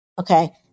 Okay